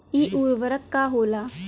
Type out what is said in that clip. इ उर्वरक का होला?